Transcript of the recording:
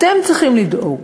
אתם צריכים לדאוג